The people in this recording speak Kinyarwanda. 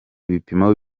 ibipimo